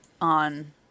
on